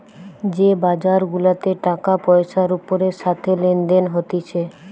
যে বাজার গুলাতে টাকা পয়সার ওপরের সাথে লেনদেন হতিছে